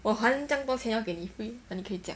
我还将多钱给你 free 哪里可以将